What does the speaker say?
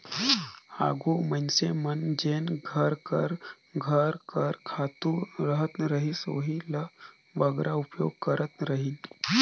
आघु मइनसे मन जेन घर कर घर कर खातू रहत रहिस ओही ल बगरा उपयोग करत रहिन